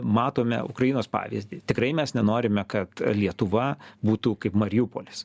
matome ukrainos pavyzdį tikrai mes nenorime kad lietuva būtų kaip mariupolis